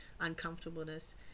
uncomfortableness